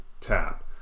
tap